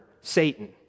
Satan